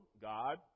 God